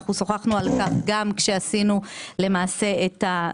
אנחנו שוחחנו על כך גם כשעשינו את הנוהל,